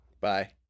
Bye